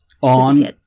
On